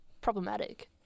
problematic